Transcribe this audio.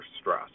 stress